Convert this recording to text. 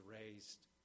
raised